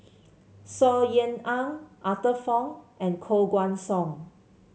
Saw Ean Ang Arthur Fong and Koh Guan Song